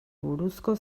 buruzko